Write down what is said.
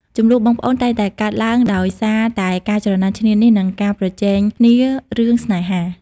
ជម្លោះបងប្អូនតែងតែកើតឡើងដោយសារតែការច្រណែនឈ្នានីសនិងការប្រជែងគ្នារឿងស្នេហា។